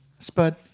Spud